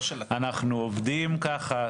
אנחנו עובדים ככה,